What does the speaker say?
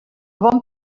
bon